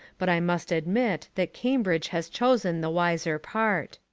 but i must admit that cambridge has chosen the wiser part.